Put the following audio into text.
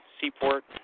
seaport